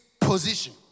position